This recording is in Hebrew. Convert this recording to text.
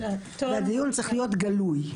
והדיון צריך להיות גלוי.